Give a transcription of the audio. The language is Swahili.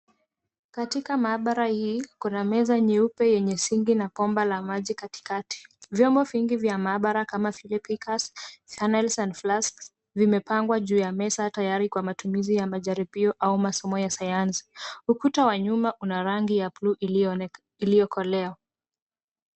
Katika maabara hii, kuna meza nyeupe yenye sinki na bomba la maji katikati. Vyombo vingi vya maabara kama vile beakers, channels and flasks vimepangwa juu ya meza tayari kwa matumizi ya majaribio au masomo ya sayansi. Ukuta wa nyuma una rangi ya bluu iliyokolea.